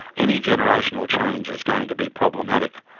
any generational change is going to be problematic.